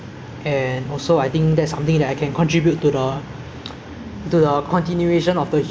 yes so if how about you if humans no need to work to survive anymore like then what will you do